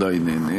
בוודאי עדיין אין.